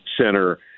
center